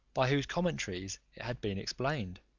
by whose commentaries it had been explained.